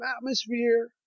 atmosphere